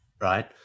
right